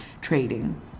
trading